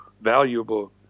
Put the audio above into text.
valuable